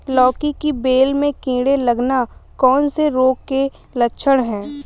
लौकी की बेल में कीड़े लगना कौन से रोग के लक्षण हैं?